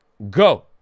Go